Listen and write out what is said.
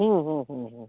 ହୁଁ ହୁଁ ହୁଁ ହୁଁ